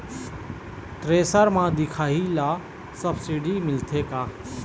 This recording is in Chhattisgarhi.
थ्रेसर म दिखाही ला सब्सिडी मिलथे का?